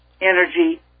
energy